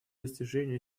достижения